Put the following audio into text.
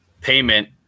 payment